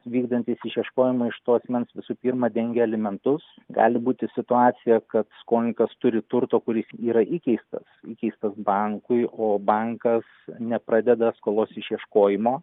vykdantis išieškojimą iš to asmens visų pirma dengia alimentus gali būti situacija kad skolininkas turi turto kuris yra įkeistas įkeistas bankui o bankas nepradeda skolos išieškojimo